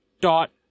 dot